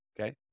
Okay